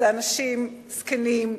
שאלה אנשים זקנים,